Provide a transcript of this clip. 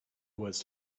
words